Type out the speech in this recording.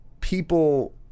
people